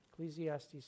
Ecclesiastes